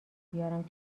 بیارم